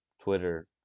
Twitter